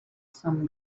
some